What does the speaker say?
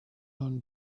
own